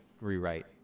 rewrite